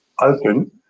open